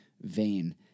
vain